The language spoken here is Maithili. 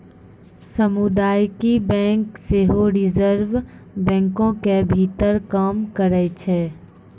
समुदायिक बैंक सेहो रिजर्वे बैंको के भीतर काम करै छै